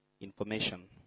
information